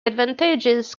advantages